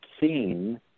seen